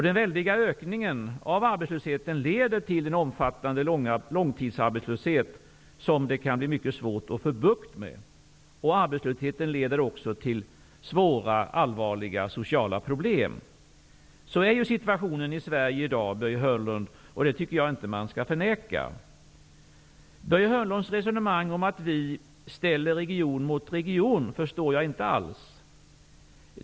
Den väldiga ökningen av arbetslösheten leder till en omfattande långtidsarbetslöshet, som det kan bli mycket svårt att få bukt med. Arbetslösheten leder också till svåra sociala problem. Sådan är ju situationen i Sverige i dag, Börje Hörnlund, och det tycker jag inte att man skall förneka. Börje Hörnlunds resonemang om att vi ställer region mot region förstår jag inte alls.